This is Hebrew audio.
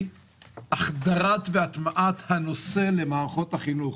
החדרת והטמעת הנושא למערכות החינוך.